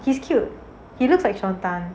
he's cute he looks like sean tan